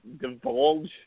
divulge